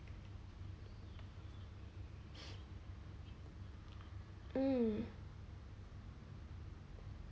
um